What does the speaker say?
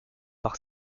par